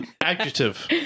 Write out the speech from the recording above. Adjective